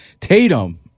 Tatum